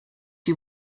you